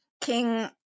king